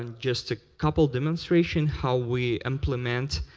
um just a couple demonstrations, how we implement